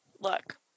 look